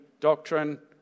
Doctrine